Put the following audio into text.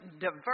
diverse